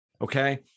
okay